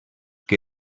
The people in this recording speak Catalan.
que